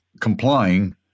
complying